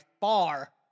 far